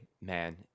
man